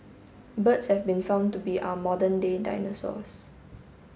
birds have been found to be our modern day dinosaurs